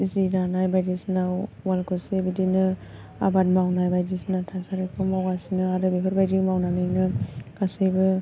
जि दानाय बायदिसिनाखौ वालखुसि बिदिनो आबाद मावनाय बायदिसिना थासारिखौ मावगासिनो आरो बेफोरबायदि मावनानैनो गासैबो